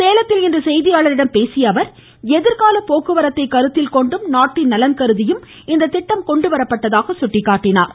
சேலத்தில் இன்று செய்தியாளர்களிடம் பேசிய அவர் எதிர்கால போக்குவரத்தை கருத்தில் கொண்டும் நாட்டின் நலன் கருதியும் இந்த திட்டம் கொண்டுவரப்பட்டதாக சுட்டிக்காட்டினார்